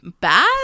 Bad